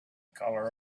color